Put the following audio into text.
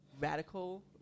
radical